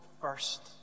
first